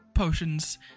potions